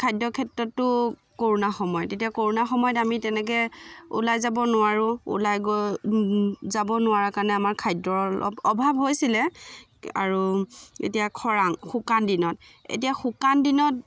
খাদ্যৰ ক্ষেত্ৰতো ক'ৰোণাৰ সময়ত এতিয়া ক'ৰোণা সময়ত আমি তেনেকৈ ওলাই যাব নোৱাৰোঁ ওলাই গৈ যাব নোৱাৰা কাৰণে আমাৰ খাদ্যৰ অলপ অভাৱ হৈছিলে আৰু এতিয়া খৰাং শুকান দিনত এতিয়া শুকান দিনত